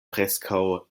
preskaŭ